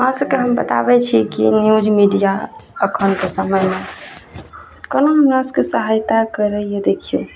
अहाँ सबके हम बताबय छी की न्यूज मीडिया एखनके समयमे कोनो हमरा सबके सहायता करइए देखियौ